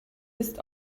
ist